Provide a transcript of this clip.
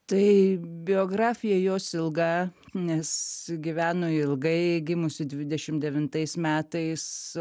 tai biografija jos ilga nes gyveno ilgai gimusi dvidešim devintais metais